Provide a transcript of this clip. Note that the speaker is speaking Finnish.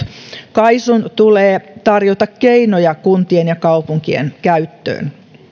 kaisun tulee tarjota keinoja kuntien ja kaupunkien käyttöön